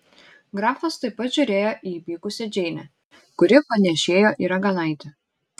grafas taip pat žiūrėjo į įpykusią džeinę kuri panėšėjo į raganaitę